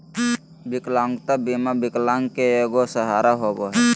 विकलांगता बीमा विकलांग के एगो सहारा होबो हइ